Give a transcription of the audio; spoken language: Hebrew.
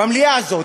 במליאה הזאת,